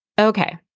Okay